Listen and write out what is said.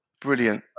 Brilliant